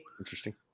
Interesting